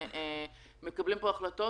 מקבלים פה החלטות,